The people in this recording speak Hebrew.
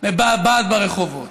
מבעבעת ברחובות.